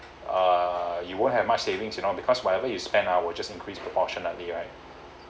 err you won't have much savings you know because whatever you spend ah will just increase proportionately right